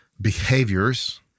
behaviors